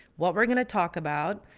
what we're going to talk about,